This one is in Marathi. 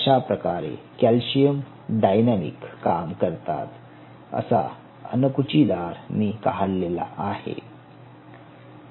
अशाप्रकारे कॅल्शियम डायनॅमिक काम करतात असा अणकुचीदार मी काढलेला आहे